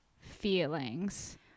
feelings